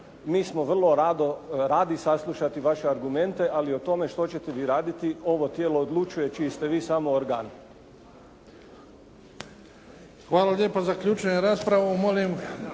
Mi smo vrlo radi saslušati vaše argumente, ali o tome što ćete vi raditi ovo tijelo odlučuje čiji ste vi samo organ. **Bebić, Luka (HDZ)** Hvala